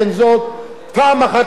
פעם אחת לעשות סדר,